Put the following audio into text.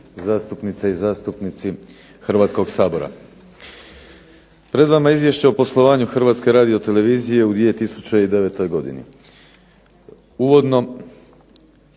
zastupnice i zastupnici Hrvatskog sabora. Pred vama je Izvješće o poslovanju HRT-a u 2009. godini. Uvodno